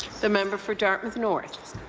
the member for dartmouth north.